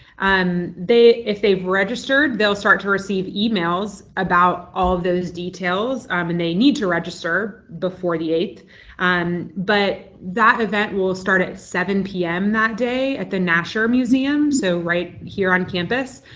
and if they've registered, they'll start to receive emails about all those details um and they need to register before the eighth and but that event will start at seven p m. that day at the nasher museum, so right here on campus.